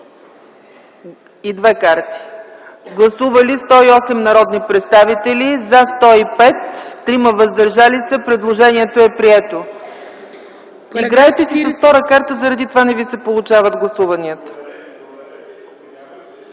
И две карти. Гласували 108 народни представители: за 105, против няма, въздържали се 3. Предложението е прието. Играете си и с втора карта – заради това не Ви се получават гласуванията.